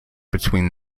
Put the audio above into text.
between